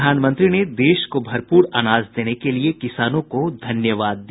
प्रधानमंत्री ने देश को भरपूर अनाज देने के लिये किसानों को धन्यवाद दिया